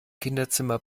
kinderzimmer